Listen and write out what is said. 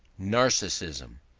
narcissism,